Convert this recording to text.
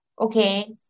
okay